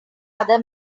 other